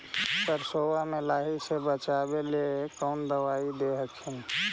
सरसोबा मे लाहि से बाचबे ले कौन दबइया दे हखिन?